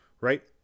right